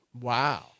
Wow